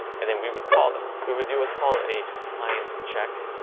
and then we would call them, we would do what's called a compliance check.